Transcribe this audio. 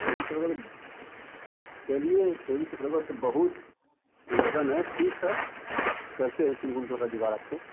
चौबीस अप्रैल चलिए चौबीस अप्रैल तो बहुत लगन है ठीक है कुछ करते है तीन कुंटल का जुगाड़ आपको